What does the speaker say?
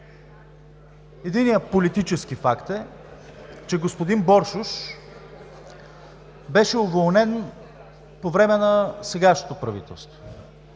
Единият политически факт е, че господин Боршош беше уволнен по време на сегашното правителство.